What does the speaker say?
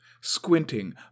Squinting